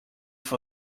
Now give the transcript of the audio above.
for